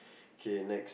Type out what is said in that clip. okay next